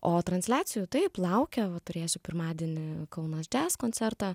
o transliacijų taip laukia va turėsiu pirmadienį kaunas jazz koncertą